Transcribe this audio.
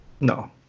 No